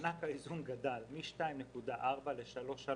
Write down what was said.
מענק האיזון גדל מ-2.4 ל-3.3.